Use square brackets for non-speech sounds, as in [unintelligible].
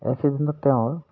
[unintelligible] তেওঁৰ